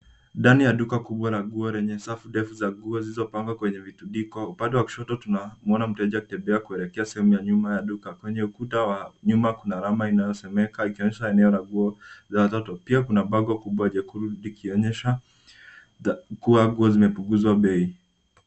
Ndani ya duka kubwa la nguo lenye safu ndefu za nguo zilizopangwa kweny evitundiko upande wa kushoto tunamwona mteja akitembea kuelekea sehemu ya nyuma ya duka. Kwenye kuta wa nyuma kuna alama inayosomeka ikionyesha eneo la nguo za watoto. Pia kuna bango kubwa jekundu likionyesha kuwa nguo zimepunguzwa bei.